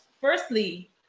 firstly